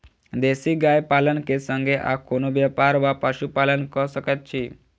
देसी गाय पालन केँ संगे आ कोनों व्यापार वा पशुपालन कऽ सकैत छी?